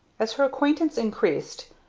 as her acquaintance increased,